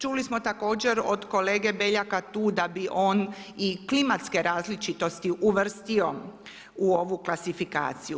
Čuli smo također od kolege Beljaka tu da bi on i klimatske različitosti uvrstio u ovu klasifikaciju.